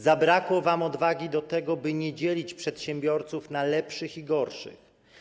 Zabrakło wam odwagi do tego, by nie dzielić przedsiębiorców na lepszych i gorszych.